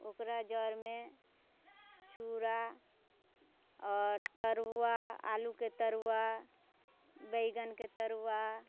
ओकरा जरमे चूड़ा आओर तरुआ आलूके तरुआ बैगनके तरुआ